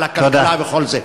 על הכלכלה וכל זה.